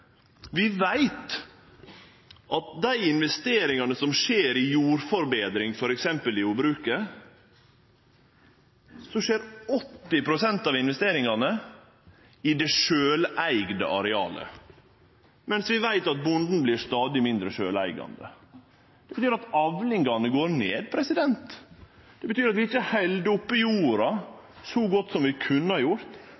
Vi veit at av dei investeringane som ein gjer i jordforbetring, f.eks. i jordbruket, skjer 80 pst. av investeringane i det sjølveigde arealet, mens vi veit at bonden vert stadig mindre sjølveigande. Det gjer at avlingane går ned. Det betyr at vi ikkje held oppe